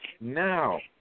now